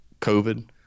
covid